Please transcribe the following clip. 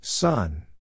Sun